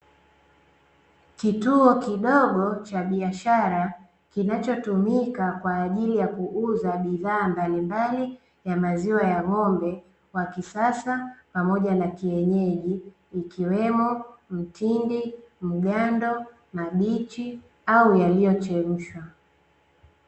Kituo kidogo cha biashara kinachotumika kwa ajili ya kuuza bidhaa mbalimbali ya maziwa ya ng'ombe wa kisasa, pamoja na kienyeji, ikiwemo mtindi, mgando, mabichi au yaliyochemshwa.